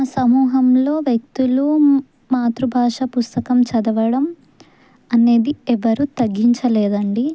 మా సమూహంలో వ్యక్తులు మాతృభాష పుస్తకం చదవడం అనేది ఎవరు తగ్గించ లేదండి